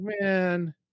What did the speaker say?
man